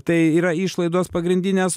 tai yra išlaidos pagrindinės